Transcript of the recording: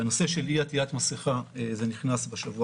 הנושא של אי עטית מסיכה נכנס בשבוע